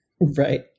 Right